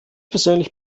persönlich